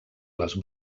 les